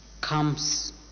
comes